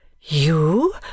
You